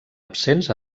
absents